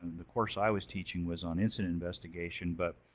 the course i was teaching was on incidence investigation, but